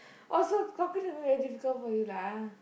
oh so talking to me very difficult for you lah